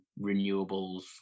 renewables